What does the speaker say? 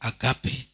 agape